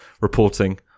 reporting